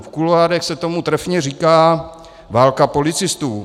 V kuloárech se tomu trefně říká válka policistů.